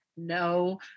no